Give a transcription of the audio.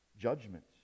judgment